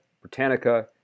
Britannica